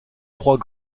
trois